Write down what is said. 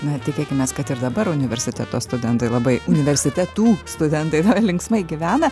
na tikėkimės kad ir dabar universiteto studentai labai universitetų studentai linksmai gyvena